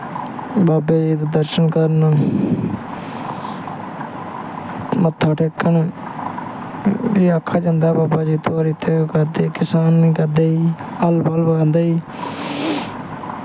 बाबा जी दे दर्शन करन मत्था टेकन एह् आक्खेआ जंदा बाबा जित्तो करदे किसानी करदे ही हल हुल बांहदे ही